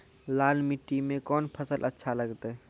लाल मिट्टी मे कोंन फसल अच्छा लगते?